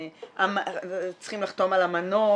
צריכים לחתום על אמנות,